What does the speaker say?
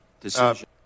decision